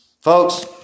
Folks